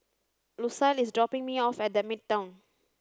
Lucille is dropping me off at The Midtown